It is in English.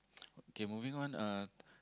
okay moving on uh